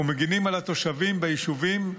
ומגינים על התושבים ביישובים.